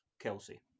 Kelsey